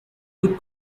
would